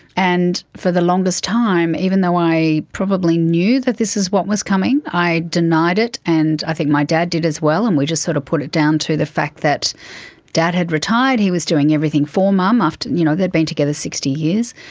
and for the longest time, even though i probably knew that this was what was coming, i denied it, and i think my dad did as well and we just sort of put it down to the fact that dad had retired, he was doing everything for mum, ah you know they'd been together sixty years.